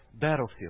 battlefield